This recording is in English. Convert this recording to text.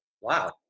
Wow